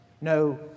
no